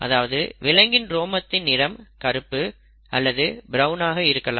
அதாவது விலங்கின் ரோமத்தின் நிறம் கருப்பு அல்லது பிரவுன் ஆக இருக்கலாம்